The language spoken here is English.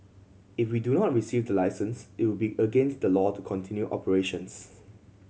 if we do not receive the licence it would be against the law to continue operations